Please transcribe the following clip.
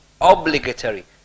obligatory